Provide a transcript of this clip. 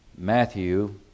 Matthew